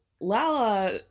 Lala